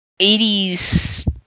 80s